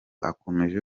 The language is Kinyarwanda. akomeje